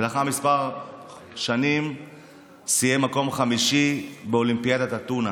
ולאחר כמה שנים הוא סיים מקום חמישי באולימפיאדת אתונה,